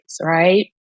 Right